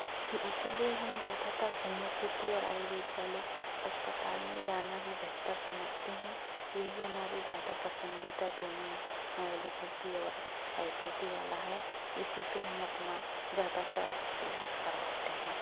इसी लिए हम ज़्यादातर होमोपैथी और आयुर्वेद वाले अस्पताल में जाना ही बेहतर समझते हैं यही हमारी ज़्यादा पसंदीदा दोनों एलोपैथी और आयुर्वेदि वाला है इसी पर हम अपना ज़्यादातर इलाज करवाते हैं